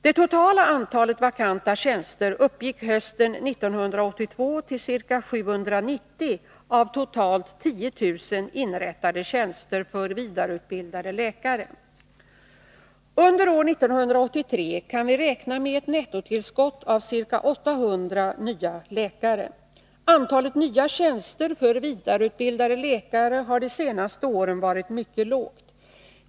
Det totala antalet vakanta tjänster uppgick hösten 1982 till ca 790 av totalt 10 000 inrättade tjänster för vidareutbildade läkare. Under år 1983 kan vi räkna med ett nettotillskott av ca 800 nya läkare. Antalet nya tjänster för vidareutbildade läkare har de senaste åren varit mycket lågt.